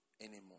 anymore